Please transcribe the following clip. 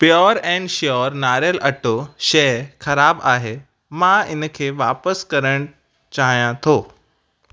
pure and sure नारियल अटो शइ ख़राबु आहे मां इन खे वापसि करणु चाहियां थो